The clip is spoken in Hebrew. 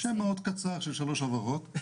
שם מאוד קצר של שלוש הברות.